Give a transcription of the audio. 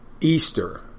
Easter